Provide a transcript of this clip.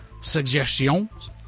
suggestions